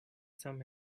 some